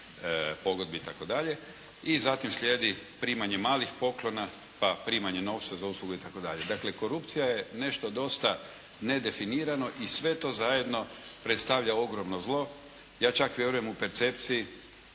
pogodbi i tako dalje. I zatim slijedi primanje malih poklona pa primanje novca za uslugu i tako dalje. Dakle korupcija je nešto dosta nedefinirano i sve to zajedno predstavlja ogromno zlo. Ja čak vjerujem u percepciji